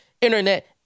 internet